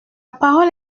parole